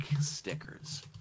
stickers